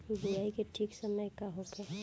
बुआई के ठीक समय का होखे?